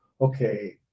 okay